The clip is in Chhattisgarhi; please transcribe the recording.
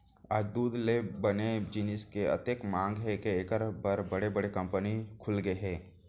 आज दूद ले बने जिनिस के अतेक मांग हे के एकर बर बड़े बड़े कंपनी खुलगे हे